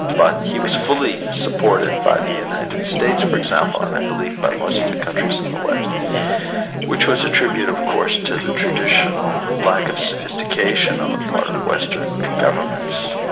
but he was fully supported by the united states for example, and i believe by most of the countries in the west which was a tribute, of course, to the traditional lack of sophistication on the part of western governments.